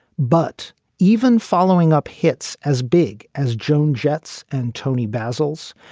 but even following up hits as big as joan jets and tony basil's.